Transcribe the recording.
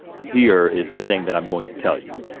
here is the thing that i'm going to tell you.